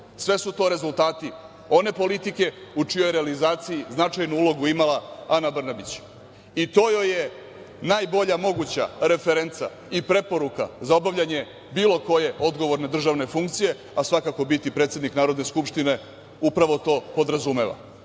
sve su to rezultati one politike u čijoj je realizaciji značajnu ulogu imala Ana Brnabić. To joj je najbolja moguća referenca i preporuka za obavljanje bilo koje odgovorne državne funkcije, a svakako biti predsednike Narodne skupštine upravo to podrazumeva.33/1